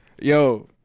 Yo